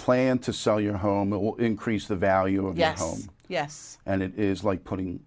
plan to sell your home it will increase the value of yes yes and it is like putting